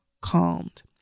calmed